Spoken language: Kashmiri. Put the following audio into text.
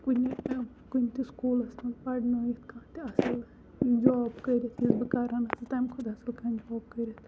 کُنہِ تہِ کُنہِ تہِ سکوٗلَس منٛز پَرنٲوِتھ کانہہ تہِ اَصٕل جاب کٔرِتھ یُس بہٕ کرن چھَس تمہِ کھۄتہٕ اصل جاب ہیکو کٔرِتھ